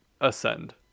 ascend